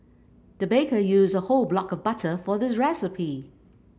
the baker used a whole block of butter for this recipe